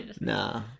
Nah